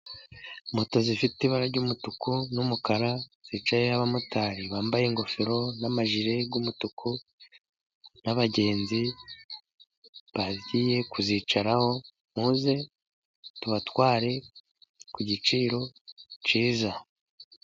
Moto zifite ibara ry'umutuku n'umukara, zicayeho abamotari bambaye ingofero n'amajire y'umutuku, n'abagenzi bagiye kuzicaraho, muze tubatware ku giciro cyiza.